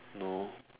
no